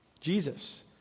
Jesus